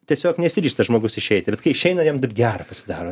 tiesiog nesiryžta žmogus išeiti ir vat kai išeina jam taip gera pasidaro